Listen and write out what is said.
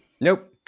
Nope